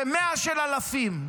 זה 100 של אלפים.